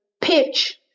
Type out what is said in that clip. pitch